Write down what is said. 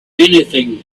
anything